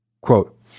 Quote